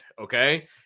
okay